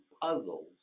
puzzles